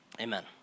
amen